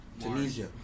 Tunisia